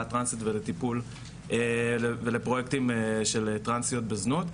הטרנסית ולפרויקטים של טרנסיות בזנות.